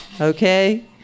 Okay